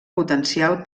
potencial